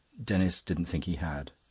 denis didn't think he had.